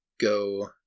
go